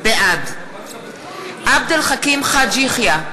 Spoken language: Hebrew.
בעד עבד אל חכים חאג' יחיא,